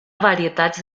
varietats